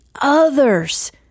others